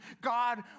God